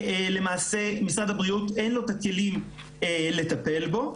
למעשה למשרד הבריאות אין את הכלים לטפל בו.